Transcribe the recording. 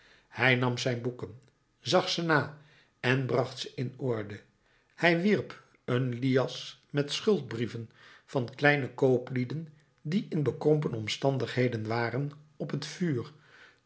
hij nam zijn boeken zag ze na en bracht ze in orde hij wierp een lias met schuldbrieven van kleine kooplieden die in bekrompen omstandigheden waren op t vuur